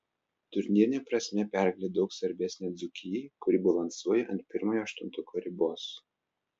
turnyrine prasme pergalė daug svarbesnė dzūkijai kuri balansuoja ant pirmojo aštuntuko ribos